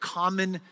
common